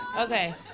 Okay